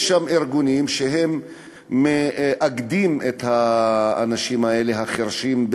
יש שם ארגונים שמאגדים את האנשים החירשים,